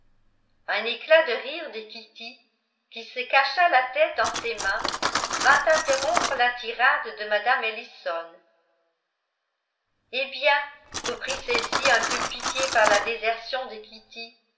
un éclat de rire de kitty qui se cacha la tête dans ses mains vint interrompre la tirade de mme ellison eh bien reprit celle-ci un peu piquée par la désertion de kitty